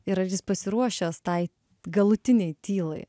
ir ar jis pasiruošęs tai galutinei tylai